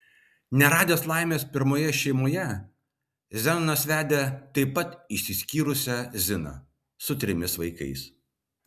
neradęs laimės pirmoje šeimoje zenonas vedė taip pat išsiskyrusią ziną su trimis vaikais